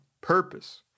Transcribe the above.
purpose